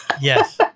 yes